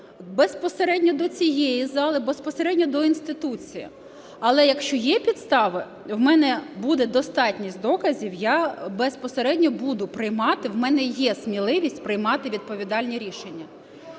безпосередньо до цієї зали, безпосередньо до інституції. Але, якщо є підстави, у мене буде достатність доказів, я безпосередньо буду приймати, у мене є сміливість приймати відповідальні рішення.